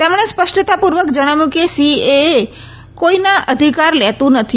તેમણે સ્પષ્ટતા પુર્વક જણાવ્યું કે સીએએ કોઇપણના અધિકાર લેતુ નથી